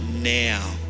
now